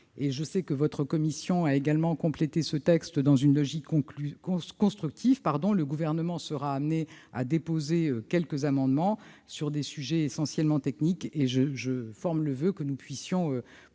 Je sais que votre commission l'a complété dans une logique constructive. Le Gouvernement sera amené à déposer quelques amendements, sur des sujets essentiellement techniques. Je forme le voeu que nous puissions poursuivre